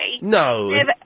No